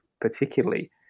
particularly